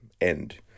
end